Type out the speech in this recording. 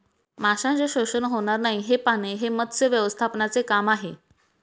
माशांचे शोषण होणार नाही हे पाहणे हे मत्स्य व्यवस्थापनाचे काम आहे